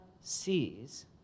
sees